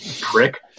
prick